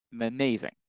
amazing